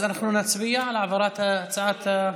אז אנחנו נצביע על העברת הצעת,